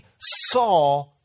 saw